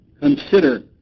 consider